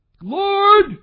Lord